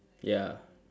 ya